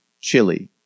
chili